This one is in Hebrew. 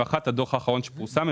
הדוח האחרון שפורסם,